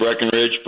Breckenridge